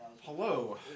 Hello